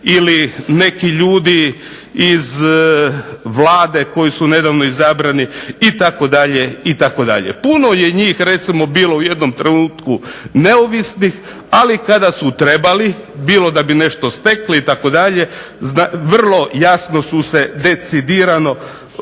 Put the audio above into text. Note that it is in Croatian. ili neki drugi ljudi iz Vlade koji su nedavno izabrani itd. puno je njih recimo bilo u jednom trenutku neovisnih, ali kada su trebali bilo da bi nešto stekli itd. vrlo jasno su se decidirano